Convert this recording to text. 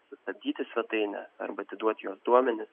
sustabdyti svetainę arba atiduoti jos duomenis